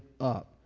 up